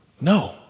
No